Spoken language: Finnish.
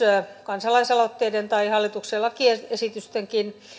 kansalaisaloitteiden tai hallituksen lakiesitystenkin